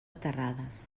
terrades